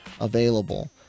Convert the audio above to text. available